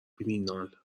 فینال